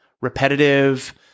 repetitive